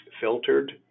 filtered